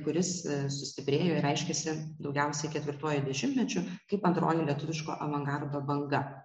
kuris sustiprėjo ir reiškėsi daugiausiai ketvirtuoju dešimtmečiu kaip antroji lietuviško avangardo banga